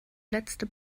letzte